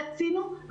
רצינו,